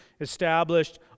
established